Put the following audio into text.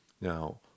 Now